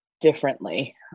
differently